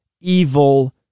evil